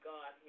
God